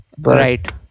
right